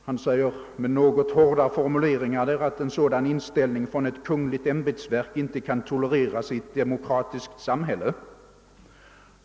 Han säger med en ganska skarp formulering att en sådan inställning »från ett kungligt ämbetsverk inte kan tolereras i ett demokratiskt samhälle.